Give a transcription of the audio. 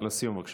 לסיום, בבקשה.